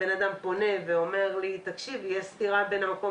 בן אדם פונה ואומר לי שיש סתירה בין המקום